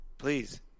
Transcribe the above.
Please